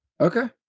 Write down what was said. Okay